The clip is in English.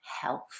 health